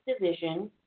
division